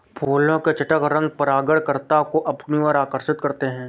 फूलों के चटक रंग परागणकर्ता को अपनी ओर आकर्षक करते हैं